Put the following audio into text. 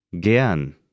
Gern